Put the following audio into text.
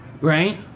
right